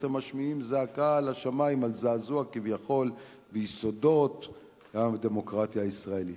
אתם משמיעים זעקה לשמים על זעזוע כביכול ביסודות הדמוקרטיה הישראלית.